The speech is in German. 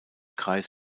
kreis